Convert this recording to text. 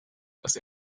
dass